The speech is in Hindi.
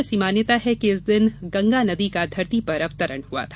ऐसी मान्यता है कि इस दिन गंगा नदी का धरती पर अवतरण हुआ था